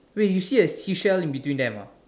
wait you see a seashell in between them ah